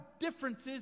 differences